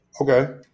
Okay